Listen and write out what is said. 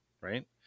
right